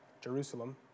Jerusalem